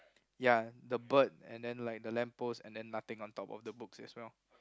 ya the bird and then like the lamppost and then nothing on top of the books as well